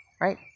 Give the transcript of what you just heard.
right